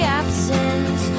absence